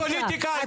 פוליטיקה.